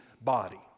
body